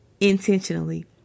intentionally